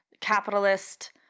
capitalist